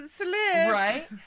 Right